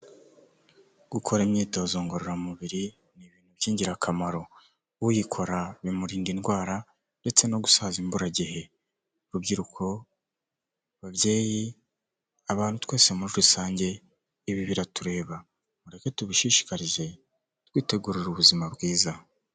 Gukora imyitozo ngororamubiri ni ibintu b'ingirakamaro. Uyikora bimurinda indwara ndetse no gusaza imburagihe. Rubyiruko, babyeyi, abantu twese muri rusange, ibi biratureba mureke tubishishikarize twitegurira ubuzima bwiza.